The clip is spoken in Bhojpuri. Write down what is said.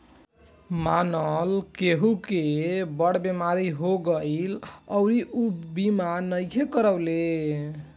मानल केहु के बड़ बीमारी हो गईल अउरी ऊ बीमा नइखे करवले